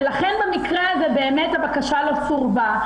ולכן במקרה הזה באמת הבקשה לא סורבה,